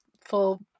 full